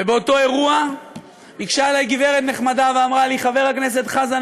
ובאותו אירוע ניגשה אלי גברת נחמדה ואמרה לי: חבר הכנסת חזן,